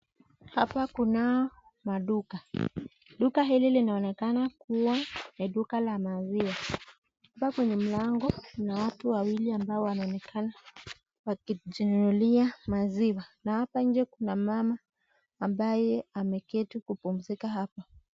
Hapa kuna maduka, duka hili linaonekana kuwa ni duka la maziwa, hapa kwenye mlango kuna watu wawili ambao wanaonekana wakijinunulia maziwa na hapa inje kuna mama ambaye ameketi kupumzika hapa.